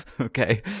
Okay